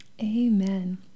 amen